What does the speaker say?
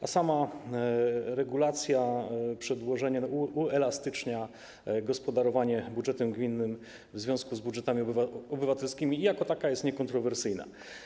A sama regulacja, przedłożenie uelastycznia gospodarowanie budżetem gminnym w związku z budżetami obywatelskimi i jako taka jest niekontrowersyjna.